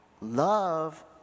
Love